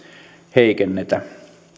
heikennetä